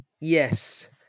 yes